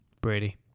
Brady